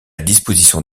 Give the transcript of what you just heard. disposition